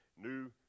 new